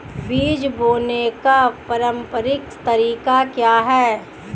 बीज बोने का पारंपरिक तरीका क्या है?